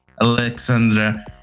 Alexandra